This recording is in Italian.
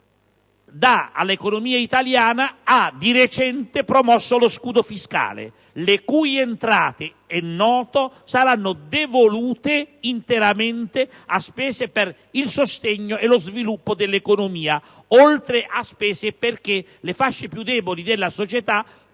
all'economia italiana, ha di recente promosso lo scudo fiscale, le cui entrate - è noto - saranno devolute interamente a spese per il sostegno e lo sviluppo dell'economia, oltre che a spese per le fasce più deboli della società,